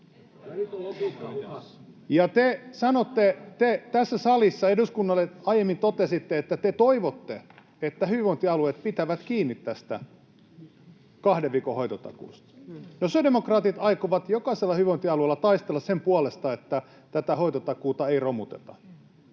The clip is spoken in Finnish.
mene niin!] Ja te tässä salissa eduskunnalle aiemmin totesitte, että te toivotte, että hyvinvointialueet pitävät kiinni tästä kahden viikon hoitotakuusta. Sosiaalidemokraatit aikovat jokaisella hyvinvointialueella taistella sen puolesta, että tätä hoitotakuuta ei romuteta,